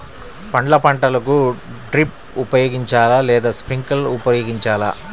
పండ్ల పంటలకు డ్రిప్ ఉపయోగించాలా లేదా స్ప్రింక్లర్ ఉపయోగించాలా?